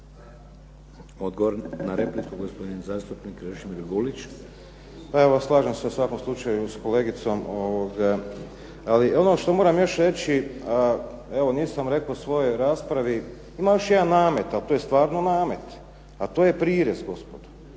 Odgovor na repliku, gospodin zastupnik Krešimir Gulić. **Gulić, Krešimir (HDZ)** Pa evo, slažem se u svakom slučaju s kolegicom. Ali ono što moram još reći, evo nisam rekao u svojoj raspravi. Ima još jedan namet, ali to je stvarno namet, a to je prirez gospodo.